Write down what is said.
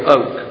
Oak